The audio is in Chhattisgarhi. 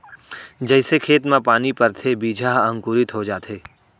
जइसे खेत म पानी परथे बीजा ह अंकुरित हो जाथे